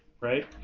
Right